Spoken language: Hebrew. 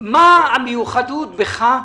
המיוחדות בך,